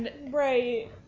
Right